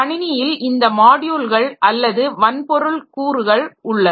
கணினியில் இந்த மாட்யூல்கள் அல்லது வன்பொருள் கூறுகள் உள்ளன